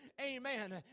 Amen